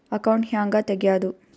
Account ಹ್ಯಾಂಗ ತೆಗ್ಯಾದು?